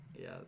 Yes